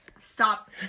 Stop